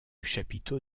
chapiteau